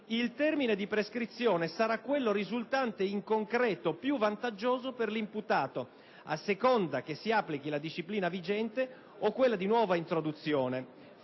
il termine di prescrizione sarà quello risultante in concreto più vantaggioso per l'imputato, a seconda che si applichi la disciplina vigente o quella di nuova introduzione,